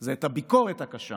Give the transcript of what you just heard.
זה את הביקורת הקשה